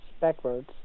backwards